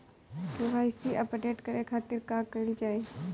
KYC update करे के खातिर का कइल जाइ?